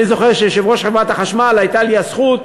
אני זוכר שכיושב-ראש חברת החשמל הייתה לי הזכות